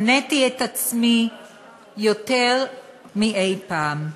שנאתי את עצמי יותר מאי פעם".